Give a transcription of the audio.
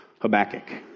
Habakkuk